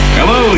Hello